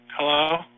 Hello